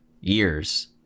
years